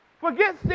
Forget